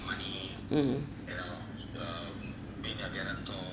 mm